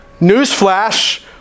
newsflash